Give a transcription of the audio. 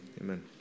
amen